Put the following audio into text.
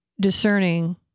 discerning